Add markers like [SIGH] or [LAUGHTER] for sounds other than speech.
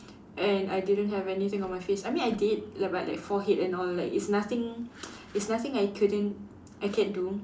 and I didn't have anything on my face I mean I did like but like forehead and all like it's nothing [NOISE] it's nothing I couldn't I can do